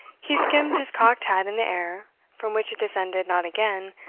he skimmed his cocked hat in the air, from which it descended not again,